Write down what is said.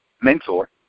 mentor